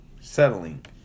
Settling